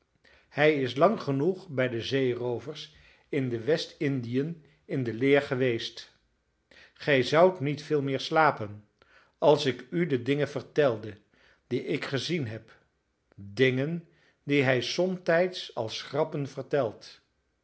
hij is lang genoeg bij de zeeroovers in de west-indiën in de leer geweest gij zoudt niet veel meer slapen als ik u de dingen vertelde die ik gezien heb dingen die hij somtijds als grappen vertelt